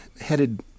headed